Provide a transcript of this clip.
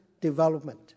development